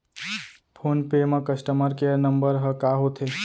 Phone पे म customer care number ह का होथे?